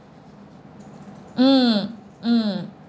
mm mm